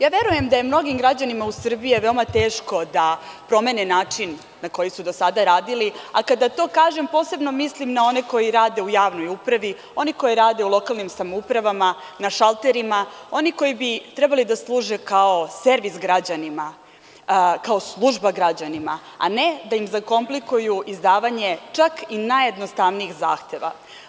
Ja verujem da je mnogim građanima u Srbiji veoma teško da promene način na koji su do sada radili, a kada to kažem, posebno mislim na one koji rade u javnoj upravi, one koji rade u lokalnim samoupravama, na šalterima, oni koji bi trebali da služe kao servis građanima, kao služba građanima, a ne da im zakomplikuju izdavanje čak i najjednostavnijih zahteva.